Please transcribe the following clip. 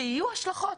שיהיו השלכות